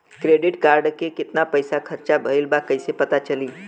Credit card के कितना पइसा खर्चा भईल बा कैसे पता चली?